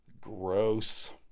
Gross